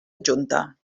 adjunta